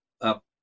up